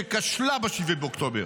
שכשלה ב-7 באוקטובר.